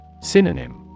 Synonym